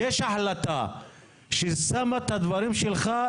יש החלטה ששמה את הדברים שלך,